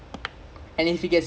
really meh